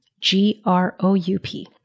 G-R-O-U-P